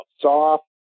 soft